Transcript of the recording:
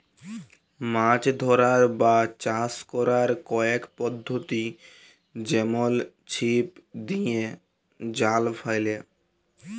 মাছ ধ্যরার বা চাষ ক্যরার কয়েক পদ্ধতি যেমল ছিপ দিঁয়ে, জাল ফ্যাইলে